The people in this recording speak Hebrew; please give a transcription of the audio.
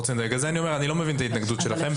לכן אני אומר אני לא מבין את ההתנגדות שלכם.